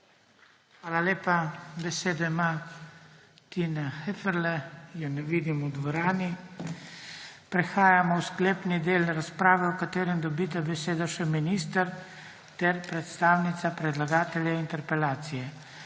Hvala lepa. Besedo ima Tina Heferle. Ne vidim je v dvorani. Prehajamo na sklepni del razprave, v katerem dobita besedo še minister ter predstavnica predlagatelja interpelacije.